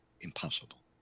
impossible